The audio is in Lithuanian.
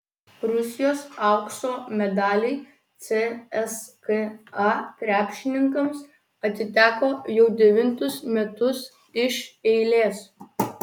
rusijos aukso medaliai cska krepšininkams atiteko jau devintus metus iš eilės